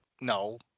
no